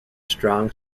strong